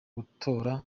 gutora